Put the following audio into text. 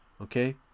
Okay